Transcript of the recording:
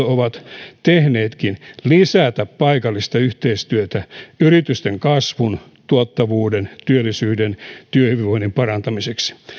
ovat tehneetkin lisätä paikallista yhteistyötä yritysten kasvun tuottavuuden työllisyyden työhyvinvoinnin parantamiseksi